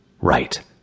Right